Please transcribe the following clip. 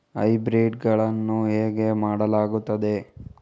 Hybrid ಗಳನ್ನು ಹೇಗೆ ಮಾಡಲಾಗುತ್ತದೆ?